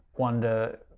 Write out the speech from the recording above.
wonder